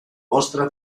vostre